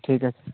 ᱴᱷᱤᱠ ᱟᱪᱷᱮ